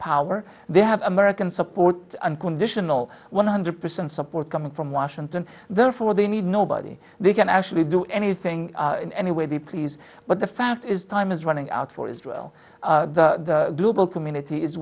power they have american support unconditional one hundred percent support coming from washington therefore they need nobody they can actually do anything in any way they please but the fact is time is running out for israel the global community is